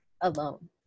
alone